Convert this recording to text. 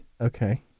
Okay